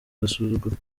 agasuzuguro